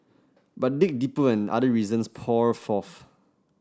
but dig deeper and other reasons pour forth